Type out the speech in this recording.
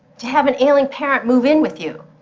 to have an ailing parent move in with you,